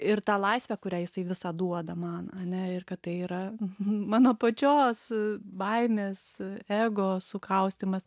ir tą laisvę kurią jisai visą duoda man ane ir kad tai yra mano pačios baimės ego sukaustymas